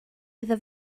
iddo